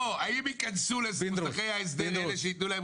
האם ייכנסו למוסכי ההסדר אלה שייתנו להם